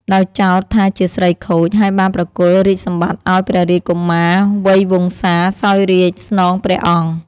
ដោយចោទថាជាស្រីខូច ហើយបានប្រគល់រាជសម្បត្តិឲ្យព្រះរាជកុមារវៃវង្សា សោយរាជ្យស្នងព្រះអង្គ។